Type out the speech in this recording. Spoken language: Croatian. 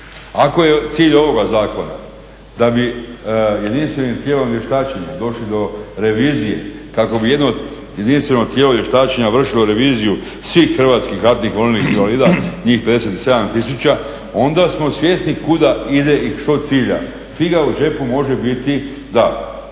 Ako je cilj ovoga zakona da bi jedinstvenim tijelom vještačenja došli do revizije kako bi jedno jedinstveno tijelo vještačenja vršilo reviziju svih hrvatskih ratnih vojnih invalida njih 57 tisuća onda smo svjesni kuda ide i što cilja. Figa u džepu može biti